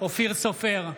אופיר סופר,